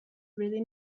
really